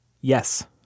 Yes